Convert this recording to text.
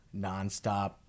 nonstop